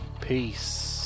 Peace